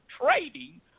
trading